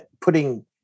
putting